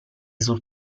sul